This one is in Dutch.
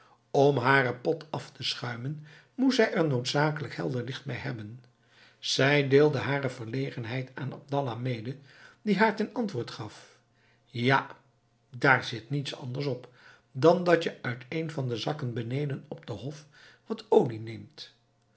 om haren pot af te schuimen moest zij er noodzakelijk helder licht bij hebben zij deelde hare verlegenheid aan abdallah mede die haar ten antwoord gaf ja daar zit niets anders op dan dat je uit een van de zakken beneden op den hof wat olie neemt